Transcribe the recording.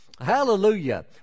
Hallelujah